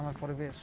ଆମ ପରିବେଶ